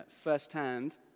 firsthand